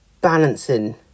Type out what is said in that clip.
balancing